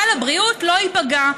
סל הבריאות לא ייפגע,